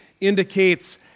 indicates